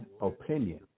opinion